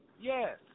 Yes